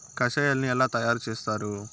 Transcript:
కషాయాలను ఎలా తయారు చేస్తారు?